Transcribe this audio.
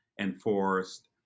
enforced